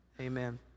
amen